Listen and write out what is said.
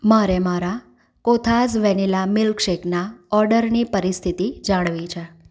મારે મારા કોથાઝ વેનિલા મિલ્કશેકના ઓર્ડરની પરિસ્થિતિ જાણવી છે